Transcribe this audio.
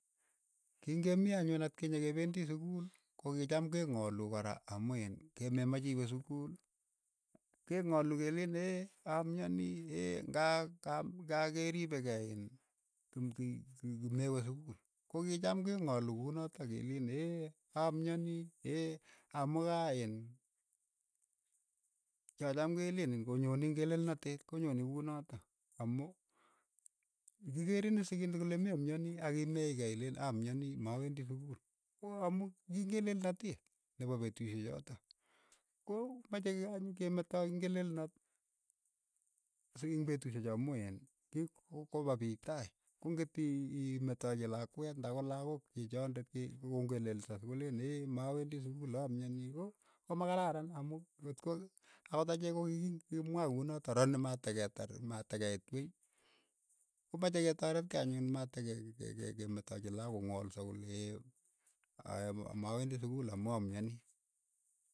Kii ng'emi anyun at kinye ke pendi sukuul, ko ki chaam ke ng'alu kora amu kememache iwe sukuul, keng'alu keleen ee, amyani ng'a kam nga keriipe kei iin tumki ki- kimewe sukul, ko ki cham ke ng'alu kunotok ke leen amyanii amu ka iin cho chom kelee ing'onyonii ng'e lel noteet ko nyonii kunotok, amu kikerin is sikindet kole me myanii, ak imee kei ileen amyani, ma wendii sukul, ko amu ki ng'e lel noteet nepo petushek chotok, ko mache ke aai anyun kemetoi ng'elelnot si ing petushechok amu iin kikopapiik tai, ko ng'otii imeetaekei lakwet nda ko lakok chi chondet ki ko ng'elelso sokoleen mawendi sukuul amyanii ko komakararan amu kotko akot achek ko ki ki ng'emwaa ko unotok oroni mateketar matakeit wei komache ketareet kei anyun matekee ke- ke metachi lakok ko ngolso kolee mawendi sukul amu amyanii.